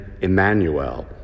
Emmanuel